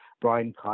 Brian